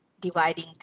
dividing